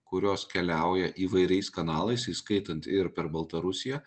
kurios keliauja įvairiais kanalais įskaitant ir per baltarusiją